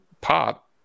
pop